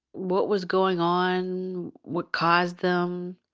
what was going on, what caused them,